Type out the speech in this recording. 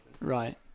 Right